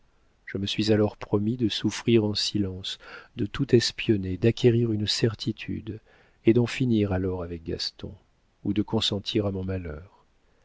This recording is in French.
je me suis alors promis de souffrir en silence de tout espionner d'acquérir une certitude et d'en finir alors avec gaston ou de consentir à mon malheur